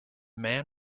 man